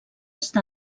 està